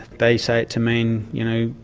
they say it to mean you know,